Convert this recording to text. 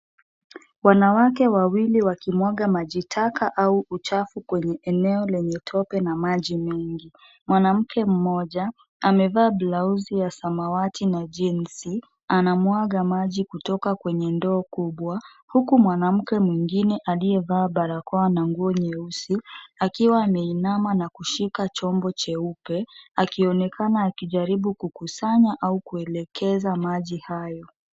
Wanawake wawili wakimwaga maji taka au uchafu kwenye eneo lenye tope na maji mengi mwanamke mmoja amevaa blausi ya samawati na jeans anamwaga maji kutoka kwenye ndoo kubwa huku mwanamke mwingine aliyevaa barakoa na nguo nyeusi akiwa ameinama na kushika chombo jeupe akionekana akijaribu kukusanya au kuelekeza maji hayo.